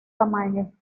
tamaño